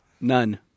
None